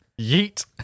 Yeet